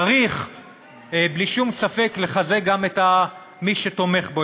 צריך בלי שום ספק לחזק גם את מי שתומך בו,